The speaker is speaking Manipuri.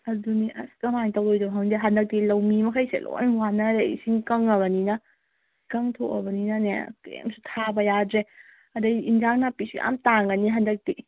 ꯑꯗꯨꯅꯤ ꯑꯁ ꯀꯃꯥꯏ ꯇꯧꯗꯣꯏꯅꯣ ꯈꯪꯗꯦ ꯍꯟꯗꯛꯇꯤ ꯂꯧꯃꯤ ꯃꯈꯩꯁꯦ ꯂꯣꯏꯅ ꯋꯥꯅꯔꯦ ꯏꯁꯤꯡ ꯀꯪꯉꯕꯅꯤꯅ ꯏꯀꯪ ꯊꯣꯛꯑꯕꯅꯤꯅꯅꯦ ꯀꯔꯤꯝꯁꯨ ꯊꯥꯕ ꯌꯥꯗ꯭ꯔꯦ ꯑꯗꯨꯗꯩ ꯌꯦꯟꯁꯥꯡ ꯅꯥꯄꯤꯁꯨ ꯌꯥꯝ ꯇꯥꯡꯉꯅꯤ ꯍꯟꯗꯛꯇꯤ